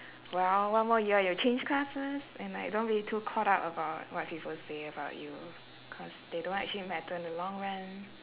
well one more year you'll change classes and like don't be too caught up about what people say about you cause they don't actually matter in the long run